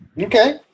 Okay